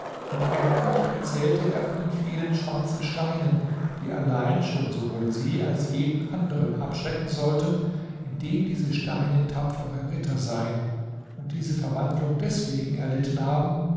und endlich erzählte er von den vielen schwarzen steinen die allein schon sowohl sie als jeden anderen abschrecken sollten indem diese steine tapfere ritter seien und diese verwandlung deswegen erlitten haben